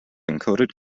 encoded